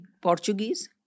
Portuguese